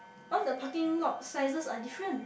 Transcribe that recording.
all the parking lot sizes are different